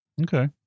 Okay